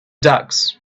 ducks